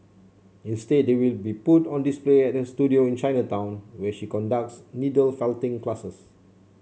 instead they will be put on display at her studio in Chinatown where she conducts needle felting classes